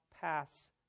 pass